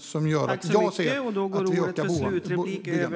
som gör att jag ser att vi ökar byggandet.